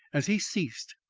as he ceased,